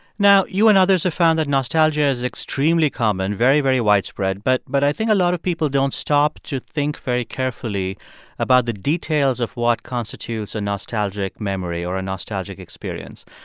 now, you and others have found that nostalgia is extremely common very, very widespread. but but i think a lot of people don't stop to think very carefully about the details of what constitutes a nostalgic memory or a nostalgic experience.